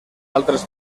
altres